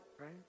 Right